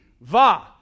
va